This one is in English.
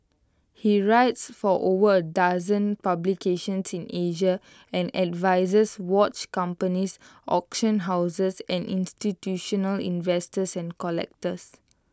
he writes for over A dozen publications in Asia and advises watch companies auction houses and institutional investors and collectors